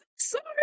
sorry